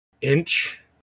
Inch